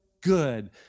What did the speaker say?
good